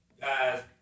guys